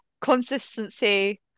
Consistency